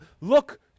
look